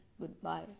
goodbye